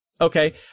Okay